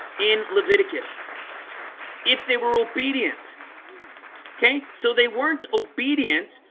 in leviticus if they were obedient okay, so they weren't obedient.